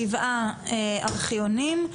שבעה ארכיונים,